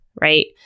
right